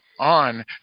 on